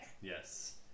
yes